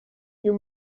you